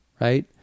right